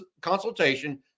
consultation